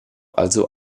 also